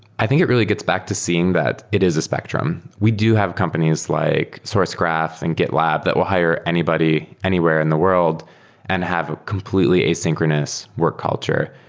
i think it really gets back to seeing that it is a spectrum. we do have companies like sourcegraph and gitlab that will hire anybody anywhere in the world and have completely asynchronous work culture,